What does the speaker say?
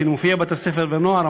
כשאני מופיע בבתי-ספר ולפני נוער,